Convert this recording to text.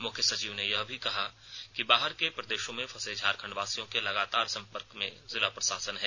मुख्य सचिव ने यह भी कहा कि बाहर के प्रदेशों में फंसे झारखंडवासियों के लगातार संपर्क में जिला प्रशासन है